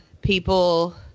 people